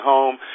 Home